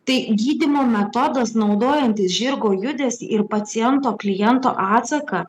tai gydymo metodas naudojantis žirgo judesį ir paciento kliento atsaką